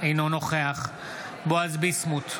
אינו נוכח בועז ביסמוט,